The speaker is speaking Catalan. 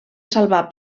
salvar